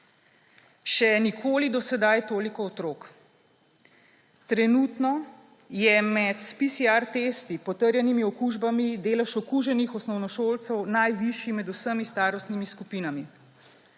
Še nikoli do sedaj toliko otrok. Trenutno je med s testi PCR potrjenimi okužbami delež okuženih osnovnošolcev najvišji med vsemi starostnimi skupinami.